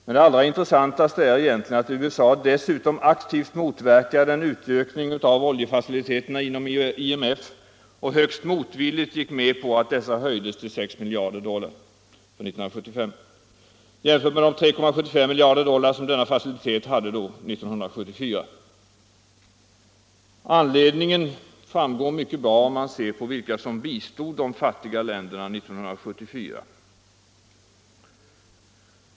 Men det allra intressantaste är egentligen att USA dessutom aktivt motverkade en utökning av oljefaciliteterna inom IMF och högst motvilligt gick med på att dessa höjdes till 6 miljarder dollar för 1975 jämfört med de 3,75 miljarder dollar som denna facilitet hade 1974. Anledningen framgår mycket bra, om man ser på vilka som bistod de fattiga länderna 1974.